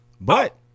But-